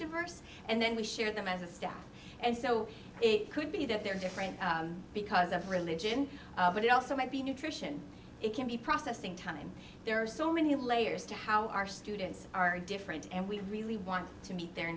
diverse and then we share them as a staff and so it could be that they're different because of religion but it also might be nutrition it can be processing time there are so many layers to how our students are different and we really want to meet their